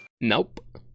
Nope